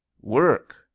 work